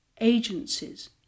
agencies